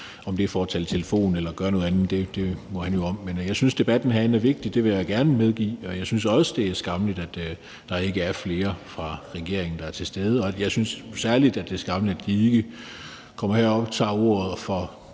om det er for at tale i telefon eller gøre noget andet, må han jo om. Jeg synes, at debatten herinde er vigtig. Det vil jeg gerne medgive, og jeg synes også, det er skammeligt, at der ikke er flere fra regeringen, der er til stede. Jeg synes særlig, det er skammeligt, at de ikke kommer herop og tager ordet og